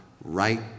right